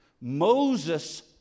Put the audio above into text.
Moses